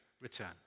return